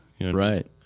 Right